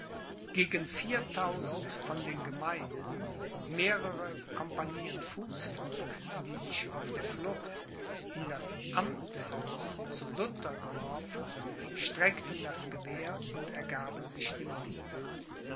gegen viertausend von den gemeinen mehrere compagnieen fußvolk die sich auf der flucht in das amthaus zu lutter geworfen streckten das gewehr und ergaben sich dem sieger